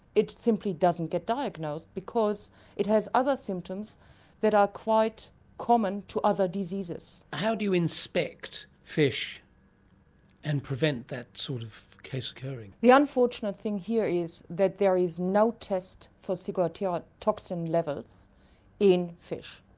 it simply doesn't get diagnosed because it has other symptoms that are quite common to other diseases. how do you inspect fish and prevent that sort of case occurring? the unfortunate thing here is that there is no test for ciguatera toxin levels in fish.